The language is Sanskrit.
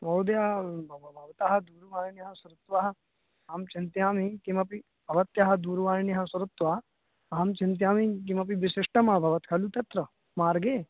महोदया बव् बव् भवतः दूरवाण्यां श्रुत्वा अहं चिन्तयामि किमपि भवत्यः दूरवाण्यः श्रुत्वा अहं चिन्तयामि किमपि विशिष्टमभवत् खलु तत्र मार्गे